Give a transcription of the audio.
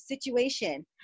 situation